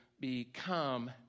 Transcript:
become